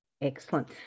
excellent